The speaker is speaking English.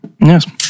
Yes